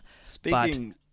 Speaking